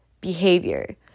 behavior